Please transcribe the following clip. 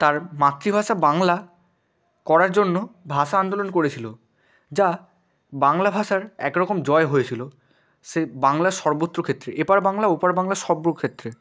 তার মাতৃভাষা বাংলা করার জন্য ভাষা আন্দোলন করেছিল যা বাংলা ভাষার একরকম জয় হয়েছিল সে বাংলার সর্বত্র ক্ষেত্রে এপার বাংলা ওপার বাংলা সর্ব ক্ষেত্রে